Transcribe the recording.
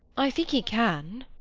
i think he can.